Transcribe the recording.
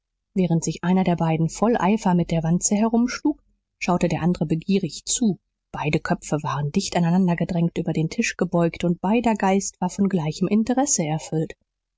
während sich einer der beiden voll eifer mit der wanze herumschlug schaute der andere begierig zu beider köpfe waren dicht aneinander gedrängt über den tisch gebeugt und beider geist war von gleichem interesse erfüllt